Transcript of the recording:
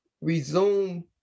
resume